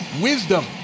Wisdom